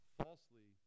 falsely